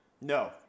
No